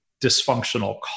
dysfunctional